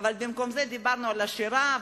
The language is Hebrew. אבל במקום זה דיברנו על שירה,